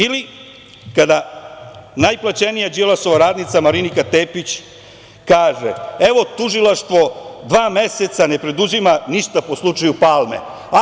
Ili kada najplaćenija Đilasova radnica Marinika Tepić kaže – evo, tužilaštvo dva meseca ne preduzima ništa po slučaju Palme.